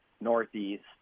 northeast